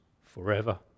forever